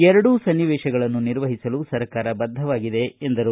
ಎರಡು ಸನ್ನಿವೇಶಗಳನ್ನು ನಿರ್ವಹಿಸಲು ಸರಕಾರ ಬದ್ದವಾಗಿದೆ ಎಂದರು